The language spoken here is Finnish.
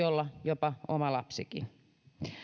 olla jopa oma lapsikin